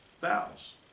vows